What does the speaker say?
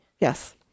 Yes